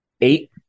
eight